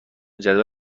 جدول